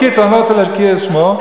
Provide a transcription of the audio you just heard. בקיצור, אני לא רוצה להזכיר את שמו.